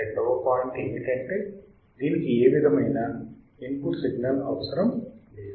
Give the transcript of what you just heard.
రెండవ పాయింట్ ఏమిటంటే దీనికి ఏ విధమినా ఇన్ పుట్ సిగ్నల్ అవసరం లేదు